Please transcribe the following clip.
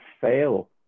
fail